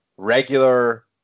regular